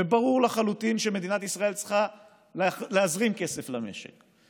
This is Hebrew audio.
וברור לחלוטין שמדינת ישראל צריכה להזרים כסף למשק.